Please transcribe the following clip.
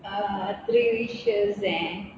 uh three wishes eh